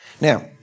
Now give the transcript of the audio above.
Now